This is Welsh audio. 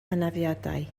anafiadau